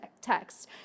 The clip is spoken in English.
text